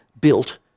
built